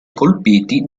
colpiti